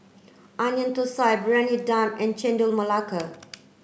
Onion Thosai Briyani Dum and Chendol Melaka